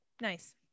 nice